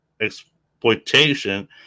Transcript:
exploitation